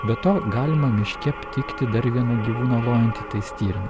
be to galima miške aptikti dar vieną gyvūną lojantį tai stirną